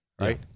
Right